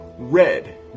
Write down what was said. red